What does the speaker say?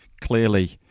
clearly